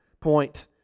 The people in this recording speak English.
point